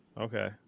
Okay